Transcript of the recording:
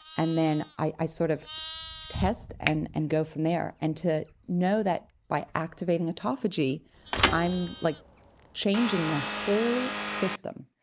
and then i sort of test and and go from there. and to know that by activating autophagy i'm like changing my whole system,